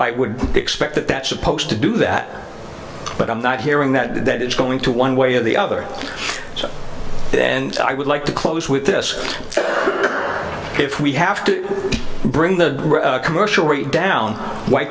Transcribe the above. i would expect that that's supposed to do that but i'm not hearing that that is going to one way or the other so then i would like to close with this if we have to bring the commercial rate down why